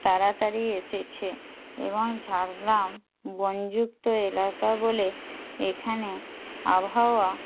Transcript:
তাড়াতাড়ি এসেছে এবং ঝাড়গ্রাম বনযুক্ত এলাকা বলে এখানে আবহাওয়া